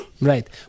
Right